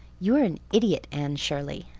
you are an idiot, anne shirley!